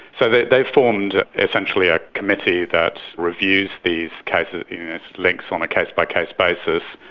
so they've they've formed essentially a committee that reviews these kind of links on a case-by-case basis,